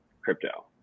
crypto